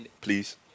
please